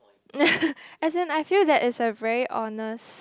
as in I feel that it's a very honest